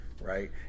right